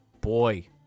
boy